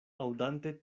aŭdante